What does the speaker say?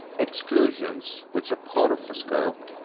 exclusions, which are part of the scope,